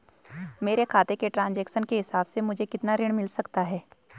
मेरे खाते के ट्रान्ज़ैक्शन के हिसाब से मुझे कितना ऋण मिल सकता है?